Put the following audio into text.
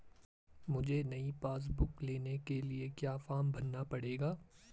मुझे नयी passbook book लेने के लिए क्या फार्म भरना पड़ेगा?